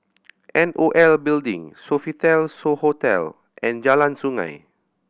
N O L Building Sofitel So Hotel and Jalan Sungei